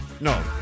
No